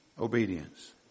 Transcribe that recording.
obedience